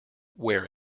wear